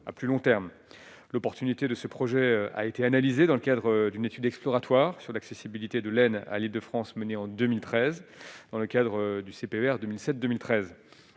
à plus long terme, l'opportunité de ce projet a été analysée dans le cadre d'une étude exploratoire sur l'accessibilité de l'aide à l'Île-de-France, menée en 2013, dans le cadre du CPE, vers 2007,